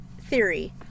theory